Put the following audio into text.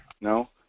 no